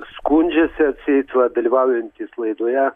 skundžiasi atseit va dalyvaujantys laidoje